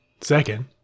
Second